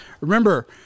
Remember